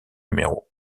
numéros